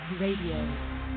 RADIO